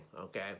okay